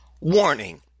WARNING